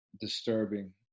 disturbing